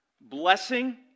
Blessing